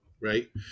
right